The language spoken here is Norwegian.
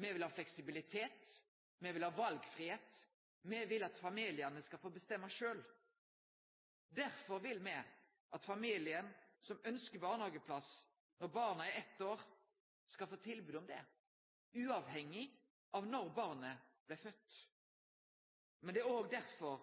Me vil ha fleksibilitet. Me vil ha valfridom. Me vil at familiane skal få bestemme sjølv. Derfor vil me at familiar som ønskjer barnehageplass når barna er eitt år, skal få tilbod om det, uavhengig av når barnet blei født. Men det er òg derfor